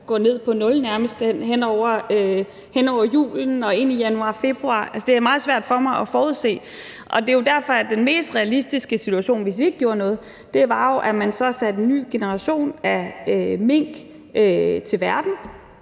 går ned på nul hen over julen og ind i januar-februar? Altså, det er meget svært for mig at forudse, og det er jo derfor, at den mest realistiske situation, hvis vi ikke gjorde noget, var, at man så satte en ny generation af mink i verden,